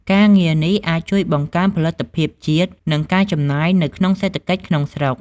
ការងារនេះអាចជួយបង្កើនផលិតភាពជាតិ និងការចំណាយនៅក្នុងសេដ្ឋកិច្ចក្នុងស្រុក។